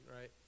Right